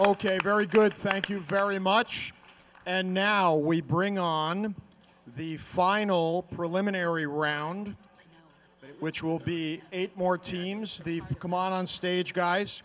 ok very good thank you very much and now we bring on the final preliminary round which will be eight more teams the come on stage guys